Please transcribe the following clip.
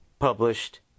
published